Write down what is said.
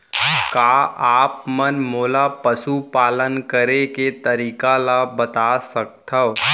का आप मन मोला पशुपालन करे के तरीका ल बता सकथव?